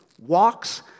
walks